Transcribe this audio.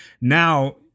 Now